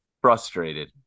frustrated